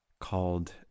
called